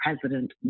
President